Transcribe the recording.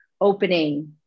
opening